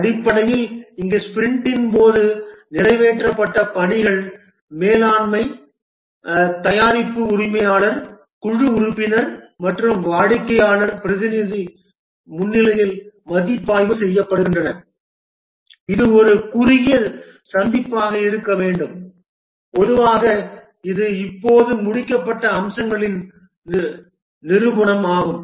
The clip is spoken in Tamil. அடிப்படையில் இங்கே ஸ்பிரிண்டின் போது நிறைவேற்றப்பட்ட பணிகள் மேலாண்மை தயாரிப்பு உரிமையாளர் குழு உறுப்பினர் மற்றும் வாடிக்கையாளர் பிரதிநிதி முன்னிலையில் மதிப்பாய்வு செய்யப்படுகின்றன இது ஒரு குறுகிய சந்திப்பாக இருக்க வேண்டும் பொதுவாக இது இப்போது முடிக்கப்பட்ட அம்சங்களின் நிரூபணம் ஆகும்